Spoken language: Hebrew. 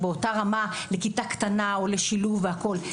באותה רמה לכיתה קטנה או לשילוב וכולי.